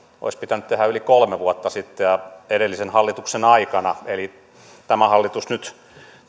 olisi pitänyt tehdä yli kolme vuotta sitten ja edellisen hallituksen aikana eli tämä hallitus nyt